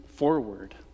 Forward